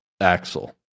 Axel